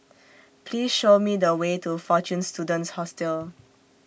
Please Show Me The Way to Fortune Students Hostel